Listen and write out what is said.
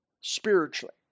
spiritually